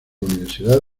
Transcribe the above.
universidad